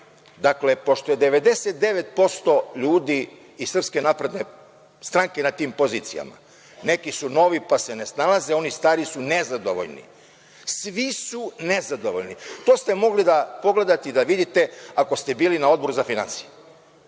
Dakle, pošto je 99% ljudi iz SNS na tim pozicijama, neki su novi pa se ne snalaze, oni stari su nezadovoljni. Svi su nezadovoljni. To ste mogli da pogledate i da vidite ako ste bili na Odboru za finansije.